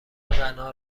غنا